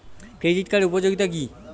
Credit কার্ডের উপযোগিতা কি?